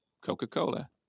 Coca-Cola